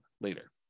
later